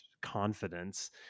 confidence